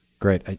great. ah